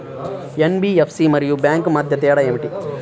NBFC మరియు bank మధ్య తేడా ఏమిటి?